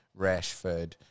Rashford